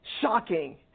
shocking